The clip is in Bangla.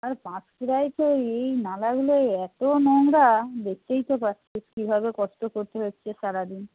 আর পাঁশকুড়ায় তো এই নালাগুলোয় এত নোংরা দেখতেই তো পাচ্ছিস কীভাবে কষ্ট করতে হচ্ছে সারা দিন